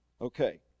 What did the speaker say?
Okay